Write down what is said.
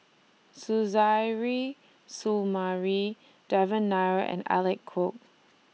Suzairhe Sumari Devan Nair and Alec Kuok